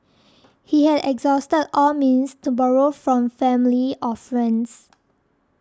he had exhausted all means to borrow from family or friends